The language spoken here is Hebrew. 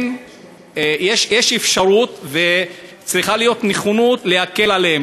יש אפשרות וצריכה להיות, להקל עליהם.